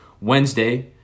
Wednesday